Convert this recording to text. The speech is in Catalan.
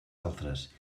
altres